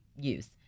use